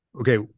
Okay